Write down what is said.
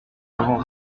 avons